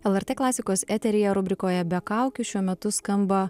lrt klasikos eteryje rubrikoje be kaukių šiuo metu skamba